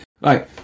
Right